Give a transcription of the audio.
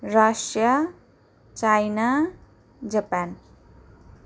Russia China Japan